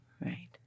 Right